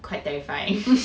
quite terrifying